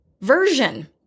version